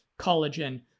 collagen